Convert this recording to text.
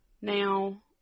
now